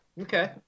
Okay